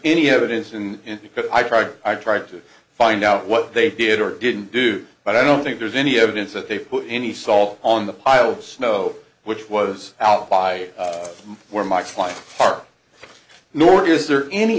any evidence and because i tried i tried to find out what they did or didn't do but i don't think there's any evidence that they put any salt on the pile of snow which was out by where my clients are nor is there any